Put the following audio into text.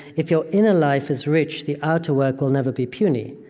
if your inner life is rich, the outer work will never be puny.